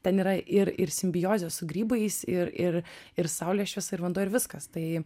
ten yra ir ir simbiozė su grybais ir ir ir saulės šviesa ir vanduo ir viskas tai